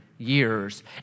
years